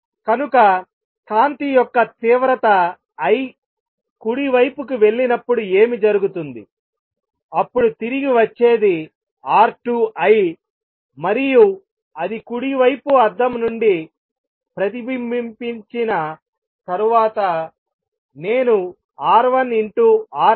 కనుక కాంతి యొక్క తీవ్రత I కుడి వైపుకు వెళ్ళినప్పుడు ఏమి జరుగుతుంది అప్పుడు తిరిగి వచ్చేది R2 I మరియు అది కుడి వైపు అద్దం నుండి ప్రతిబింబించిన తరువాత నేను R1 R2 I పొందుతాను